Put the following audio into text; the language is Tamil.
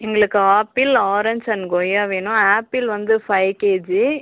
எங்களுக்கு ஆப்பிள் ஆரஞ்ச் அண்ட் கொய்யா வேணும் ஆப்பிள் வந்து ஃபைவ் கேஜி